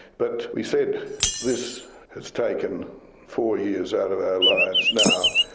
but we said this has taken four years out of our lives now,